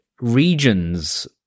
regions